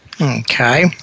Okay